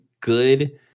good